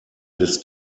des